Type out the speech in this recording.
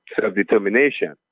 self-determination